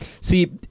see